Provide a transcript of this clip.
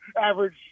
Average